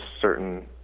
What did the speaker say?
certain